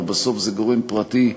הלוא בסוף זה גורם פרטי,